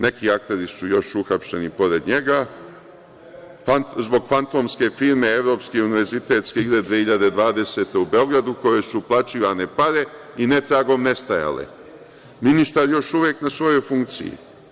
Neki akteri su još uhapšeni pored njega zbog fantomske firme Evropske univerzitetske igre 2020. godine u Beogradu, kojoj su uplaćivane pare i netragom nestajale i ministar je još uvek na svojoj funkciji.